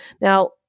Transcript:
Now